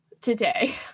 today